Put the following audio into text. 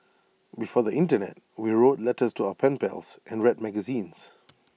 before the Internet we wrote letters to our pen pals and read magazines